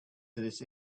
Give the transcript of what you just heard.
this